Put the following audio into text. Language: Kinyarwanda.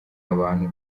abantu